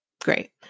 Great